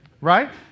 Right